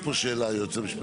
יש פה שאלה, היועץ המשפטי.